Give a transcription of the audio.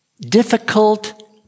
difficult